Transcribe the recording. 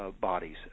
Bodies